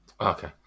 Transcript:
Okay